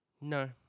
No